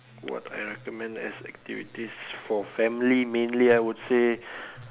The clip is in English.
what I recommend as activities for family mainly I would say